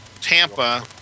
Tampa